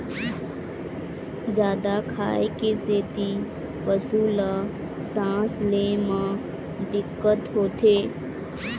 जादा खाए के सेती पशु ल सांस ले म दिक्कत होथे